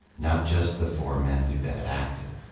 not just the four men who'd been at acton.